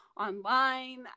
online